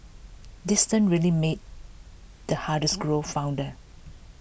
distance really made the heart is grow fonder